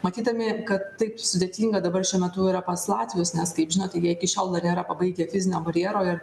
matydami kad taip sudėtinga dabar šiuo metu yra pas latvius nes kaip žinote jie iki šiol dar nėra pabaigę fizinio barjero ir